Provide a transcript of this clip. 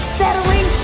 settling